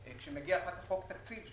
כשמגיע אחר כך חוק תקציב,